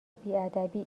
بیادبی